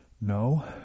No